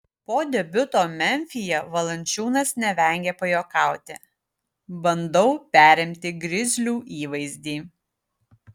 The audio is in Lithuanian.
po debiuto memfyje valančiūnas nevengė pajuokauti bandau perimti grizlių įvaizdį